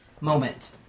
moment